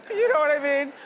you know what i mean?